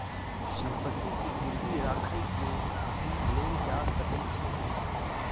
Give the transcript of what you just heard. संपत्ति के गिरवी राइख के ऋण लेल जा सकै छै